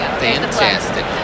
fantastic